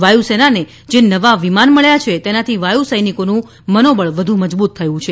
વાયુસેનાને જે નવા વિમાન મળ્યા છે તેનાથી વાયુ સૈનિકોનું મનોબળ વધુ મજબૂત થયું છે